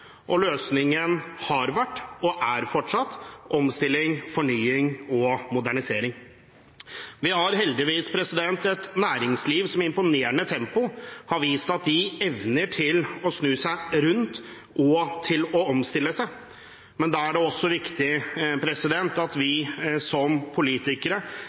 og løsningen har vært og er fortsatt omstilling, fornying og modernisering. Vi har heldigvis et næringsliv som i imponerende tempo har vist at det evner å snu seg rundt og omstille seg. Da er det også viktig at vi som politikere